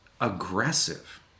aggressive